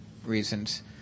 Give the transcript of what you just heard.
reasons